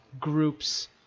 groups